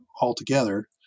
altogether